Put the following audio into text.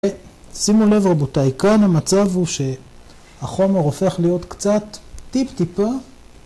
שימו לב רבותיי, כאן המצב הוא שהחומר הופך להיות קצת טיפ טיפה.